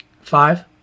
Five